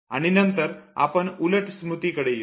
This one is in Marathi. आणि नंतर आपण उलट स्मृतीकडे येऊ